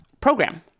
program